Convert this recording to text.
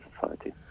society